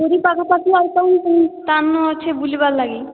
ପୁରୀ ପାଖାପାଖି ଆଉ ସବୁ କେନ ସ୍ଥାନ ଅଛି ବୁଲିବାର୍ ଲାଗି